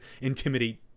intimidate